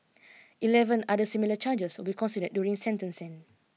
eleven other similar charges will be considered during sentencing